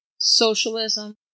socialism